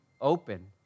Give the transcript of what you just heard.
open